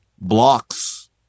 blocks